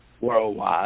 worldwide